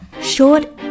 short